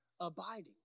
abiding